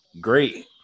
great